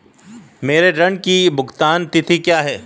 मेरे ऋण की भुगतान तिथि क्या है?